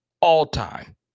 all-time